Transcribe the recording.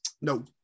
no